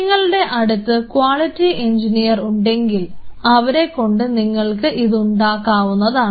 നിങ്ങളുടെ അടുത്ത് quality engineer ഉണ്ടെങ്കിൽ അവരെ കൊണ്ട് നിങ്ങൾക്ക് ഇത് ഉണ്ടാക്കാവുന്നതാണ്